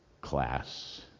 class